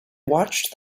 watched